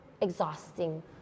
exhausting